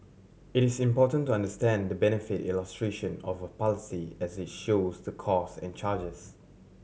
it is important to understand the benefit illustration of a policy as it shows the cost and charges